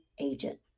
agent